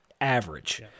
average